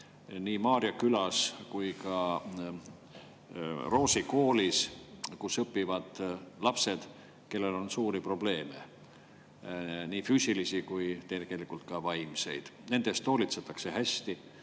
nii Maarja Külas kui ka Põlva Roosi Koolis, kus õpivad lapsed, kellel on suuri probleeme, nii füüsilisi kui ka vaimseid. Nende eest hoolitsetakse hästi.